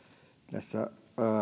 näissä